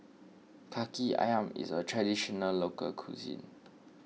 Kaki Ayam is a Traditional Local Cuisine